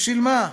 בשביל מה?